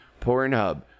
Pornhub